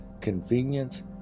Convenience